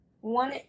One